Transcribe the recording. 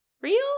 real